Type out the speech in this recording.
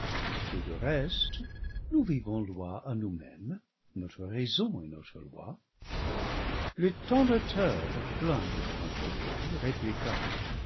le reste nous vivons loi à nous-mêmes notre raison est notre loi le tentateur plein de tromperie répliqua